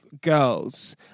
girls